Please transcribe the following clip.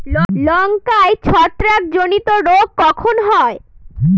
লঙ্কায় ছত্রাক জনিত রোগ কখন হয়?